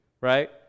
right